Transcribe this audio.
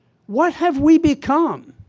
what have we become?